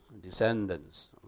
descendants